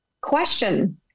question